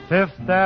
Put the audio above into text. Fifth